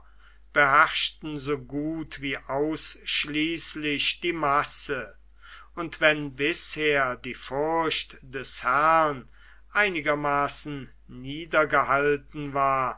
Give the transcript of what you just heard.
beherrschten so gut wie ausschließlich die masse und wenn bisher die furcht des herrn einigermaßen niedergehalten war